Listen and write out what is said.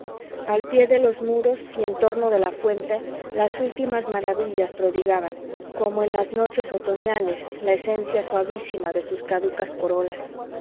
al pie de los muros y en torno de la fuente las últimas maravillas prodigaban como en las noches otoñales la esencia suavísima de sus caducas corolas